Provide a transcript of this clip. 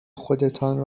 خودتان